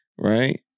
Right